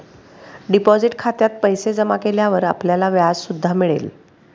deposit खात्यात पैसे जमा केल्यावर आपल्याला व्याज सुद्धा मिळेल